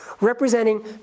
representing